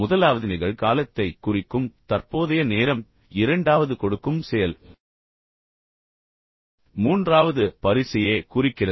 முதலாவது நிகழ்காலத்தைக் குறிக்கும் தற்போதைய நேரம் இரண்டாவது கொடுக்கும் செயல் மூன்றாவது பரிசையே குறிக்கிறது